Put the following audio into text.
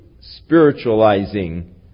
spiritualizing